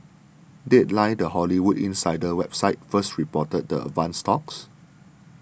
deadline the Hollywood insider website first reported the advanced talks